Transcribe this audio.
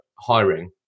hiring